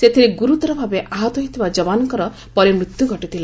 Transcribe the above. ସେଥିରେ ଗୁରୁତର ଭାବେ ଆହତ ହୋଇଥିବା ଯବାନଙ୍କର ପରେ ମୃତ୍ୟୁ ଘଟିଥିଲା